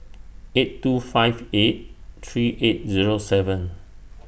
eight two five eight three eight Zero seven